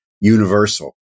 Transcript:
universal